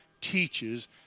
teaches